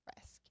risk